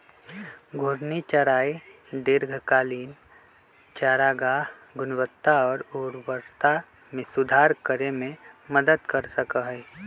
घूर्णी चराई दीर्घकालिक चारागाह गुणवत्ता और उर्वरता में सुधार करे में मदद कर सका हई